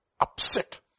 upset